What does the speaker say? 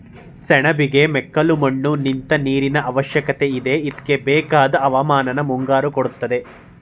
ಸೆಣಬಿಗೆ ಮೆಕ್ಕಲುಮಣ್ಣು ನಿಂತ್ ನೀರಿನಅವಶ್ಯಕತೆಯಿದೆ ಇದ್ಕೆಬೇಕಾದ್ ಹವಾಮಾನನ ಮುಂಗಾರು ಕೊಡ್ತದೆ